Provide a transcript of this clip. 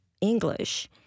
English